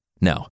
No